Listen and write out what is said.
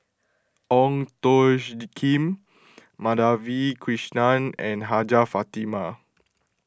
Ong Tjoe Kim Madhavi Krishnan and Hajjah Fatimah